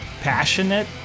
Passionate